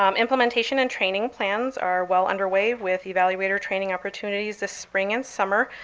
um implementation and training plans are well underway with evaluator training opportunities this spring and summer,